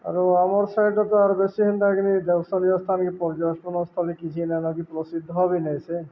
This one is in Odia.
ଆରୁ ଆମର୍ ସାଇଡ଼ା ତ ଆର୍ ବେଶୀ ହେନ୍ତା କିନି ଦେଉସନୀୟ ସ୍ଥାନ କି ପର୍ଯ୍ୟଟନ ସ୍ଥଳ କିଛି ନ ନ କି ପ୍ରସିଦ୍ଧ ହବ ନହିଁ ସେ